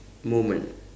moment